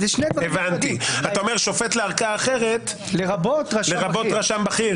אפילו את חוק-יסוד: השפיטה ברוב רגיל,